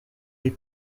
des